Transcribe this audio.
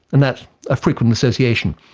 and that's a frequent association.